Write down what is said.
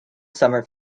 summer